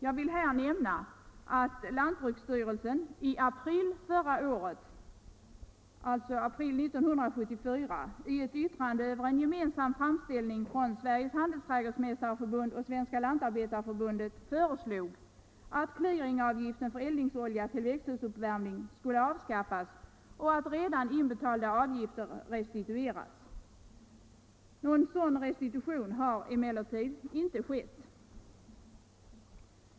Jag vill här nämna att lantbruksstyrelsen i april 1974 i ett yttrande över en gemensam framställning från Sveriges handelsträdgårdsmästareförbund och Svenska lantarbetareförbundet föreslog att clearingavgiften för eldningsolja till växthusuppvärmning skulle avskaffas och att redan inbetalda avgifter skulle restitueras. Någon sådan restitution har emellertid inte skett.